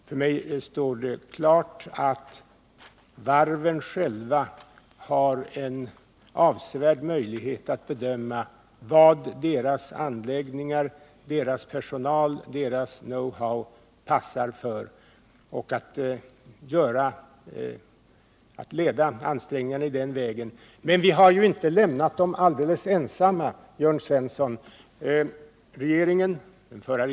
För mig står det klart att varven själva har en avsevärd möjlighet att bedöma vad deras lokaler, personal och knowhow passar för och att leda ansträngningarna på den vägen. Men vi har inte lämnat dem alldeles ensamma, Jörn Svensson.